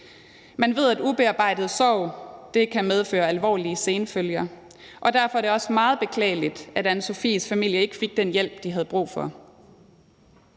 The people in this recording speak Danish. Man ved, at ubearbejdet sorg kan medføre alvorlige senfølger, og derfor er det også meget beklageligt, at Anna-Sofies familie ikke fik den hjælp, de havde brug for.